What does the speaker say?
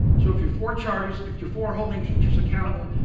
so if you're for charters, if you're for holding teachers accountable,